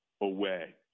away